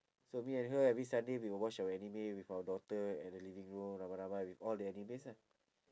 so me and her every sunday we will watch our anime with our daughter at the living room ramai ramai with all the animes ah